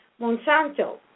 Monsanto